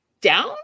down